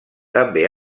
també